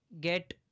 get